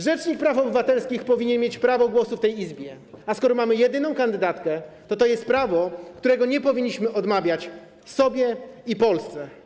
Rzecznik praw obywatelskich powinien mieć prawo głosu w tej Izbie, a skoro mamy jedyną kandydatkę, to to jest prawo, którego nie powinniśmy odmawiać sobie i Polsce.